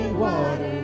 water